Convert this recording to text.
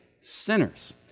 Sinners